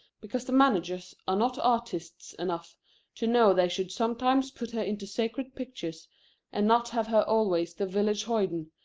because the managers are not artists enough to know they should sometimes put her into sacred pictures and not have her always the village hoyden,